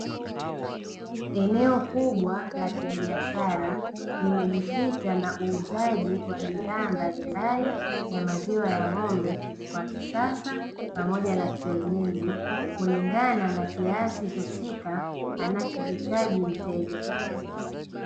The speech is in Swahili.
Eneo kubwa la kibiashara limejikita na uuzaji wa bidhaa mbalimbali ya maziwa ya ng'ombe wa kisasa pamoja na kienyeji, kulingana na kiasi husika anachohitaji mteja.